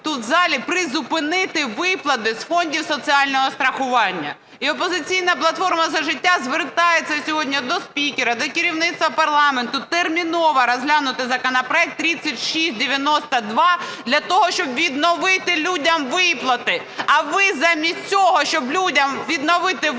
тут, в залі, призупинити виплати з фондів соціального страхування. І "Опозиційна платформа – За життя" звертається сьогодні до спікера, до керівництва парламенту терміново розглянути законопроект 3692 для того, щоб відновити людям виплати. А ви замість цього, щоб людям відновити виплати,